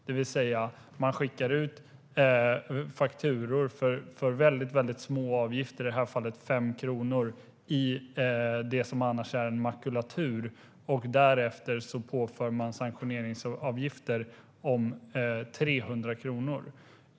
Man skickar alltså ut fakturor på väldigt små avgifter - i det här fallet 5 kronor - i det som annars är en makulatur och påför därefter sanktioneringsavgifter om 300 kronor.